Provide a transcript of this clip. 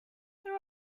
there